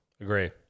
agree